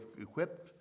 equipped